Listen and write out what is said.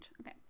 Okay